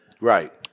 Right